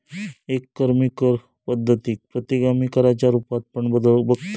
एकरकमी कर पद्धतीक प्रतिगामी कराच्या रुपात पण बघतत